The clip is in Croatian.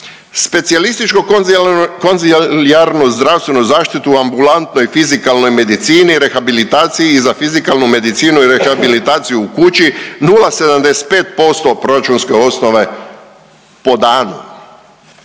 specijalističko konzilijarnu zdravstvenu zaštitu u ambulantnoj i fizikalnoj medicini, rehabilitaciji i za fizikalnu medicinu i rehabilitaciju u kući 0,75% proračunske osnove po danu.